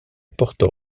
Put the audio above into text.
porto